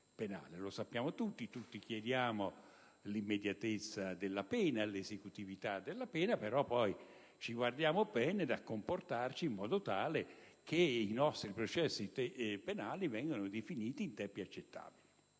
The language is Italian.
Lo sappiamo tutti: tutti chiediamo l'immediatezza e l'esecutività della pena; tuttavia ci guardiamo bene dal comportarci in modo tale che i nostri processi penali vengano definiti in tempi accettabili.